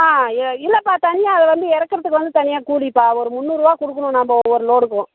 ஆ இ இல்லைப்பா தனியாக வந்து இறக்குறதுக்கு வந்து தனியாக கூலிப்பா ஒரு முந்நூறுபா கொடுக்கணும் நம்ம ஒவ்வொரு லோடுக்கும்